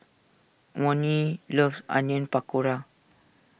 Monnie loves Onion Pakora